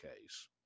case